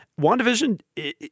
WandaVision—